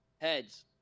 Heads